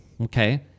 okay